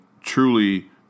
truly